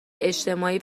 اجتماعی